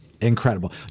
Incredible